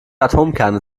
atomkerne